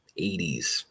80s